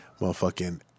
motherfucking